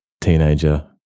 teenager